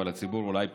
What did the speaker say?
אבל הציבור אולי פחות.